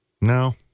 No